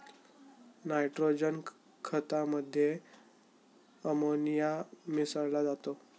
nitrogen खतामध्ये ammonia मिसळा जातो